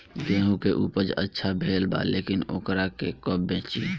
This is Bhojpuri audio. गेहूं के उपज अच्छा भेल बा लेकिन वोकरा के कब बेची?